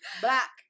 black